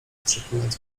strzepując